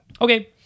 Okay